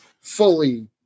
fully